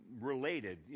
related